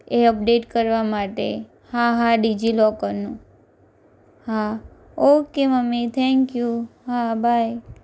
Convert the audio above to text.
એ update કરવા માટે હા હા ડિજિલોકરનું હા ઓકે મમ્મી થેન્ક યુ હા બાય